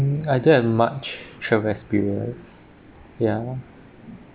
mm I don't have much travel experience ya